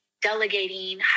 delegating